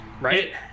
Right